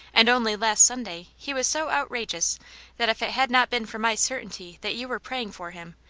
and only last sunday he was so outrageous that if it had not been for my certainty that you were pray ing for him,